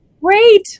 great